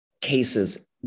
cases